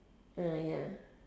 ah ya